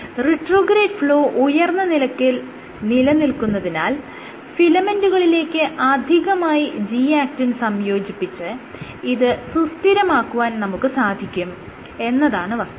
retrograde flow ഉയർന്ന നിരക്കിൽ നിലനിൽക്കുന്നതിനാൽ ഫിലമെന്റുകളിലേക്ക് അധികമായി G ആക്റ്റിൻ സംയോജിപ്പിച്ച് ഇത് സുസ്ഥിരമാക്കുവാൻ നമുക്ക് സാധിക്കും എന്നതാണ് വസ്തുത